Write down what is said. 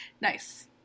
Nice